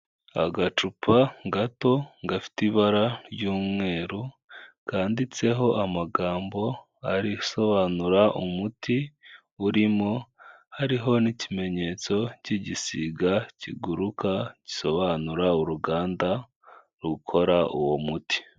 Agacupa gato gafite ibara ry'umweru, kanditseho amagambo arisobanura umuti urimo, hariho n'ikimenyetso k'igisiga kiguruka gisobanura uruganda rukora uwo muti.